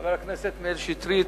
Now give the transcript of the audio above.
חבר הכנסת מאיר שטרית,